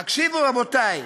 הקשיבו, רבותי,